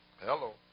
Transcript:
Hello